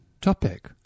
topic